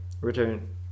return